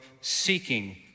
seeking